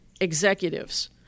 executives